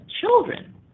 children